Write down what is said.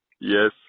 Yes